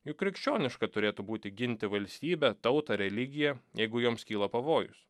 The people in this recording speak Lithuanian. juk krikščioniška turėtų būti ginti valstybę tautą religiją jeigu joms kyla pavojus